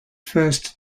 first